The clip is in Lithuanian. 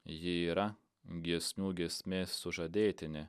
ji yra giesmių giesmės sužadėtinė